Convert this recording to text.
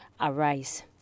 Arise